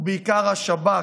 ובעיקר השב"כ,